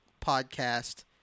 podcast